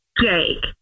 Jake